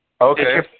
Okay